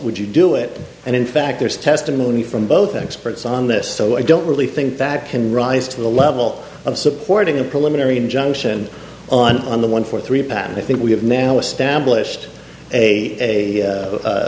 would you do it and in fact there's testimony from both experts on this so i don't really think that can rise to the level of supporting a preliminary injunction on the one four three patent i think we have now established a